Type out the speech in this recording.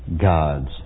God's